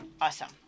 awesome